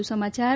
વધુ સમાચાર